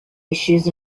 issues